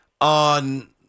on